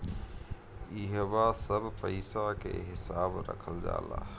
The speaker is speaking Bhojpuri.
इहवा सब पईसा के हिसाब रखल जाला